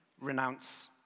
renounce